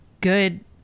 good